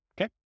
okay